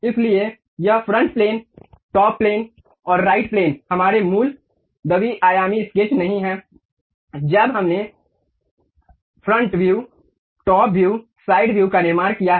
इसलिए यह front plane top plane और राइट प्लेन हमारे मूल द्वि आयामी स्केच नहीं हैं जब हमने front view top view side view का निर्माण किया हो